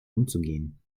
umzugehen